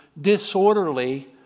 disorderly